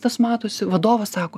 tas matosi vadovas sako